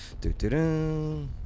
Do-do-do